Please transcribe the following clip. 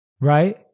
right